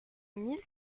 mille